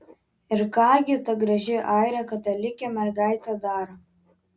ir ką gi ta graži airė katalikė mergaitė daro